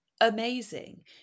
amazing